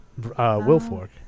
Wilfork